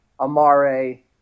Amare